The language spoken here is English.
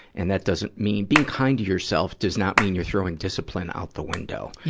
and that doesn't mean being kind to yourself does not mean you're throwing discipline out the window.